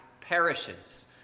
perishes